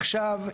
עכשיו,